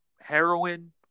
heroin